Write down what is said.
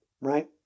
right